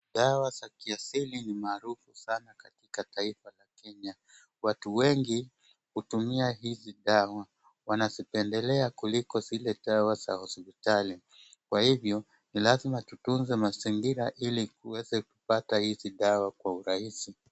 Dawa za kiasili ni maarufu sana katika taifa la Kenya. Watu wengi hutumia hizi dawa. Wanazipendelea kuliko zile za hospitali, kwa hivyo, ni lazima tutuze mazingira ili tuweze kupata hizi dawa kwa urahisi.